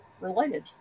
related